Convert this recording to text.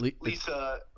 Lisa